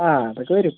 ആ അതൊക്കെ വരും